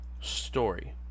story